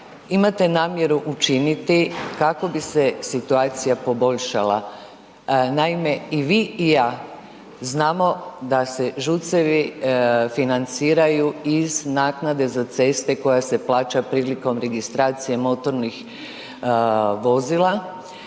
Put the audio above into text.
imate namjeru učiniti kako bi se situacija poboljšala ? Naime, i vi i ja znamo da se ŽUC-evi financiraju iz naknade za ceste koja se plaća prilikom registracije motornih vozila